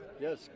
Yes